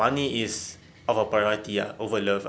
money is our priority ah over love ah